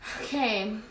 Okay